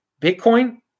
Bitcoin